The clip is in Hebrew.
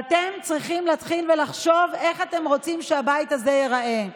אתם צריכים להתחיל לחשוב איך אתם רוצים שהבית הזה ייראה.